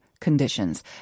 conditions